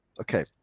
Okay